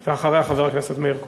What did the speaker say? ואחריה, חבר הכנסת מאיר כהן.